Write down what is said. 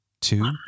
two